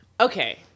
Okay